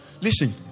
Listen